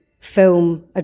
film